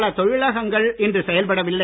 பல தொழிலகங்கள் இன்று செயல்படவில்லை